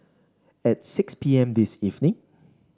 at six P M this evening